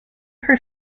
per